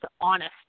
honest